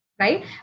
right